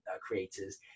creators